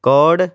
code